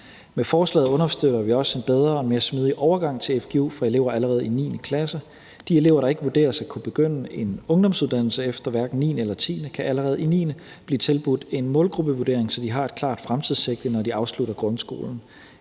Med forslaget understøtter vi også en bedre og mere smidig overgang til fgu for elever allerede i 9. klasse. De elever, der ikke vurderes at kunne begynde en ungdomsuddannelse efter hverken 9. eller 10. klasse, kan allerede i 9. klasse blive tilbudt en målgruppevurdering, så de har et klart fremtidssigte, når de afslutter grundskolen.